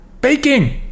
Baking